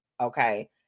Okay